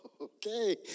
Okay